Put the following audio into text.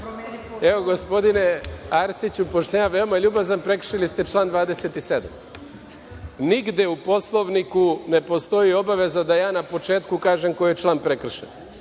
Evo, gospodine Arsiću, pošto sam ja veoma ljubazan, prekršili ste član 27. Nigde u Poslovniku ne postoji obaveza da ja na početku kažem koji je član prekršen.